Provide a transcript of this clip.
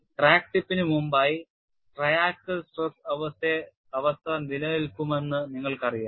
crack ടിപ്പിന് മുമ്പായി triaxial stress അവസ്ഥ നിലനിൽക്കുമെന്ന് നിങ്ങൾക്കറിയാം